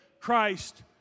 Christ